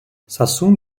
sassoon